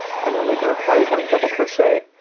i'm only gonna apply one double crochet,